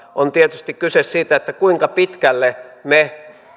on tietysti kyse siitä kuinka pitkälle me